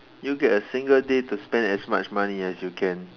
you get a single day to spend as much money as you can